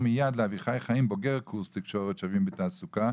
אביחי חיים, בוגר קורס תקשורת "שווים בתעסוקה".